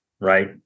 right